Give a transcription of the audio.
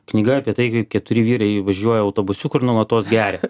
knyga apie tai kaip keturi vyrai važiuoja autobusiuku ir nuolatos geria